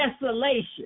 desolation